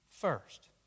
first